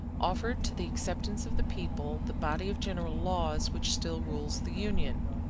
offered to the acceptance of the people the body of general laws which still rules the union.